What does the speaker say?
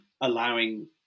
allowing